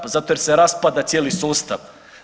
Pa zato jer se raspada cijeli sustav.